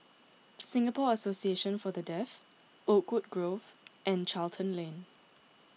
Singapore Association for the Deaf Oakwood Grove and Charlton Lane